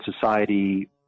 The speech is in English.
society